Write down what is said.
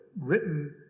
written